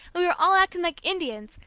and we were all acting like indians,